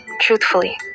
truthfully